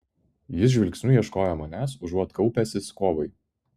jis žvilgsniu ieškojo manęs užuot kaupęsis kovai